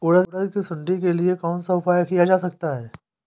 उड़द की सुंडी के लिए कौन सा उपाय किया जा सकता है?